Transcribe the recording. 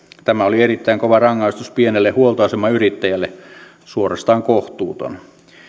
tämä oli erittäin kova rangaistus pienelle huoltoasemayrittäjälle suorastaan kohtuuton